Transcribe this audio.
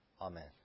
Amen